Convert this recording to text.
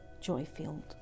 joy-filled